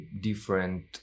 different